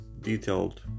detailed